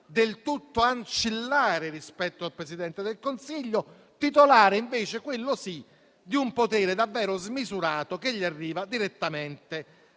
del tutto ancillare rispetto al Presidente del Consiglio, titolare invece, quello sì, di un potere davvero smisurato che gli deriva direttamente